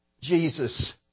Jesus